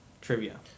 trivia